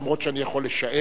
גם אם אני יכול לשער,